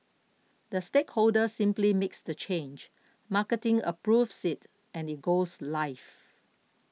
the stakeholder simply makes the change marketing approves it and it goes live